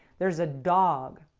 there's a dog.